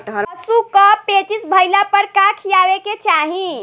पशु क पेचिश भईला पर का खियावे के चाहीं?